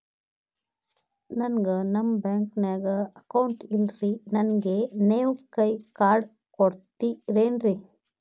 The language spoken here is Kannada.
ನನ್ಗ ನಮ್ ಬ್ಯಾಂಕಿನ್ಯಾಗ ಅಕೌಂಟ್ ಇಲ್ರಿ, ನನ್ಗೆ ನೇವ್ ಕೈಯ ಕಾರ್ಡ್ ಕೊಡ್ತಿರೇನ್ರಿ?